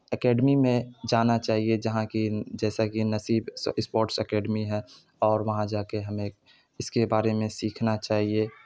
academy میں جانا چاہیے جہاں کی جیسا کہ نصیب اسپورٹس اکیڈمی ہے اور وہاں جا کے ہمیں اس کے بارے میں سیکھنا چاہیے